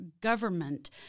government